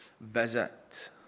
visit